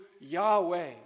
Yahweh